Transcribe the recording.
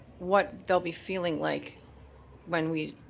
what they'll be feeling like when we